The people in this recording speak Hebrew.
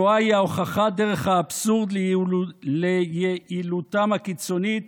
השואה היא ההוכחה דרך האבסורד ליעילותם הקיצונית